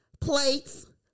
Plates